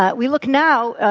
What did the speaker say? ah we look now,